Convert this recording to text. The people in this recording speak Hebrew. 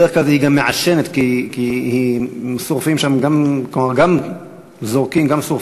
בדרך כלל היא גם מעשנת, כי גם זורקים שם